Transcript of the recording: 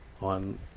on